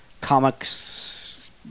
comics